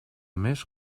més